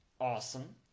Awesome